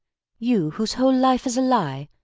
you, whose whole life is a lie,